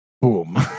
Boom